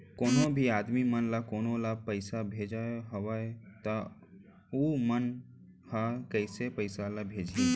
कोन्हों भी आदमी मन ला कोनो ला पइसा भेजना हवय त उ मन ह कइसे पइसा ला भेजही?